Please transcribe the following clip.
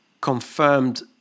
confirmed